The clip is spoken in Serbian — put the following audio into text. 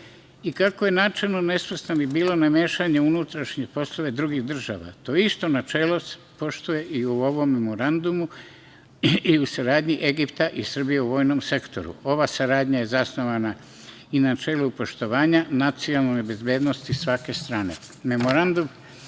Kako je načelo nesvrstanosti bilo nemešanje u unutrašnje poslove drugih država, to isto načelo se poštuje i u ovom memorandumu i u saradnji Egipta i Srbije u vojnom sektoru. Ova saradnja je zasnovana i na načelu poštovanja nacionalne bezbednosti svake strane.